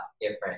different